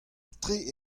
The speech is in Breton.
tre